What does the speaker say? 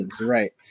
Right